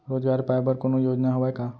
रोजगार पाए बर कोनो योजना हवय का?